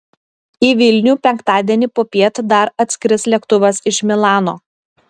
į vilnių penktadienį popiet dar atskris lėktuvas iš milano